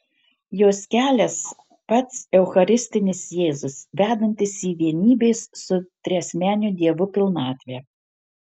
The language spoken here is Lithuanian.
jos kelias pats eucharistinis jėzus vedantis į vienybės su triasmeniu dievu pilnatvę